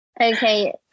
Okay